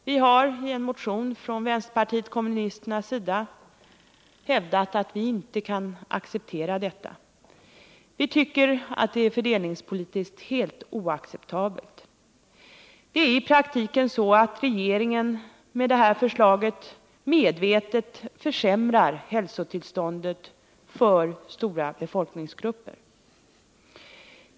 Vi har i en motion från vänsterpartiet kommunisternas sida hävdat att vi inte kan acceptera det. Vi tycker att det är fördelningspolitiskt helt oacceptabelt. Det är i praktiken så att regeringen med det här förslaget medvetet försämrar hälsotillståndet för stora befolkningsgrupper.